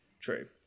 true